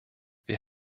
wir